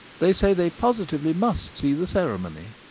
they say they positively must see the ceremony.